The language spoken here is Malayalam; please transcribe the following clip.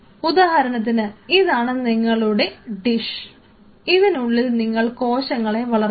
ഉദാഹരണത്തിന് ഇതാണ് നിങ്ങളുടെ ഡിഷ് ഇതിനുള്ളിൽ നിങ്ങൾ കോശങ്ങളെ വളർത്തുന്നു